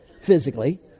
physically